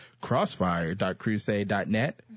crossfire.crusade.net